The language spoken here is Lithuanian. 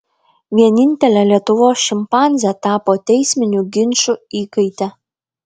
vienintelė lietuvos šimpanzė tapo teisminių ginčų įkaite